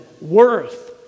worth